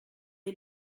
est